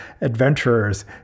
adventurers